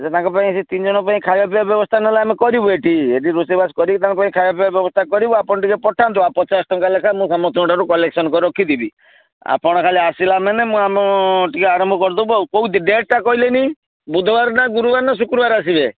ହେଲେ ତାଙ୍କ ପାଇଁ ସେ ତିନି ଜଣଙ୍କ ପାଇଁ ଖାଇବା ପିଇବା ବ୍ୟବସ୍ଥା ନହେଲେ ଆମେ କରିବୁ ଏଠି ଏଠି ରୋଷେଇବାସ କରିକି ତାଙ୍କ ପାଇଁ ଖାଇବାପିଇବା ବ୍ୟବସ୍ଥା କରିବୁ ଆପଣ ଟିକିଏ ପଠାନ୍ତୁ ଆଉ ପଚାଶ ଟଙ୍କା ଲେଖାଏଁ ମୁଁ ସମସ୍ତଙ୍କଠାରୁ କଲେକ୍ସନ୍ କରି ରଖିଥିବି ଆପଣ ଖାଲି ଆସିଲା ମାନେ ମୁଁ ଆମ ଟିକିଏ ଆରମ୍ଭ କରିଦବୁ ଆଉ କେଉଁ ଡେଟ୍ଟା କହିଲେନି ବୁଧବାର ନା ଗୁରୁବାର ନା ଶୁକ୍ରବାର ଆସିବେ